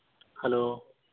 hello